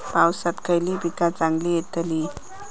पावसात खयली पीका चांगली येतली?